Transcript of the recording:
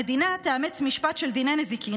המדינה תאמץ משפט של דיני נזיקין,